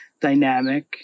dynamic